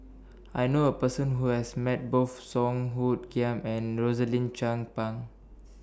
I know A Person Who has Met Both Song Hoot Kiam and Rosaline Chan Pang